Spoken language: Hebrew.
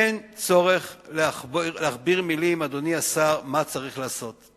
אין צורך להכביר מלים, אדוני השר, מה צריך לעשות.